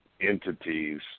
entities